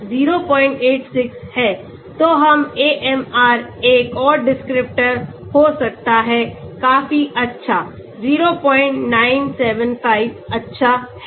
तो हम AMR एक और डिस्क्रिप्टर हो सकता है काफी अच्छा 0975 अच्छा है